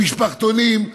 למשפחתונים,